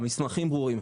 המסמכים ברורים,